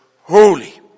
holy